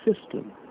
system